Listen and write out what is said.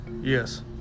yes